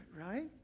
right